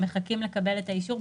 הם מחכים לקבל את האישור.